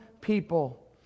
people